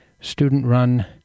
Student-run